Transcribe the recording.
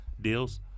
deals